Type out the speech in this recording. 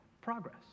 progress